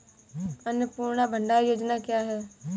अन्नपूर्णा भंडार योजना क्या है?